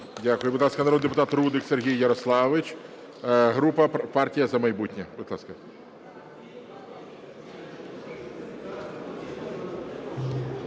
Дякую. Будь ласка, народний депутат Рудик Сергій Ярославович, група партія "За майбутнє",